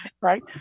Right